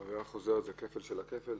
עבירה חוזרת זה כפל של הכפל?